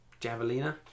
javelina